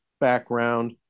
background